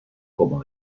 como